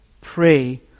pray